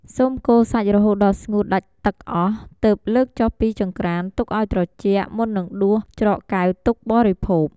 សូមកូរសាច់រហូតដល់ស្ងួតដាច់ទឹកអស់ ទើបលើកចុះពីចង្រ្កុាន ទុកឱ្យត្រជាក់ មុននឹងដួសច្រកកែវទុកបរិភោគ។